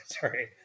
Sorry